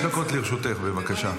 חמש דקות לרשותך, בבקשה.